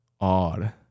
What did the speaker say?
odd